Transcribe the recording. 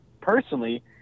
personally